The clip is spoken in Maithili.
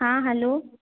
हाँ हेलो